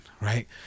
Right